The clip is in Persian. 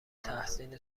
تحسین